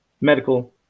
medical